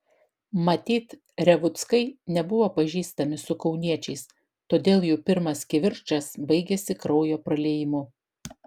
matyt revuckai nebuvo pažįstami su kauniečiais todėl jų pirmas kivirčas baigėsi kraujo praliejimu